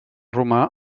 romà